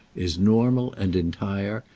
is normal and entire,